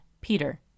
Peter